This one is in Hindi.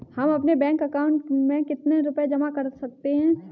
हम अपने बैंक अकाउंट में कितने रुपये जमा कर सकते हैं?